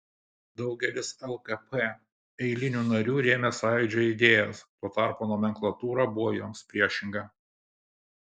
daugelis lkp eilinių narių rėmė sąjūdžio idėjas tuo tarpu nomenklatūra buvo joms priešinga